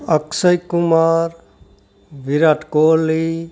Akshar Kumar Virat Kohli